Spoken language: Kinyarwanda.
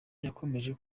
yakomeje